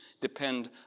depend